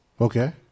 Okay